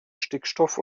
stickstoff